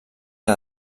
que